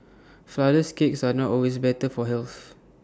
Flourless Cakes are not always better for health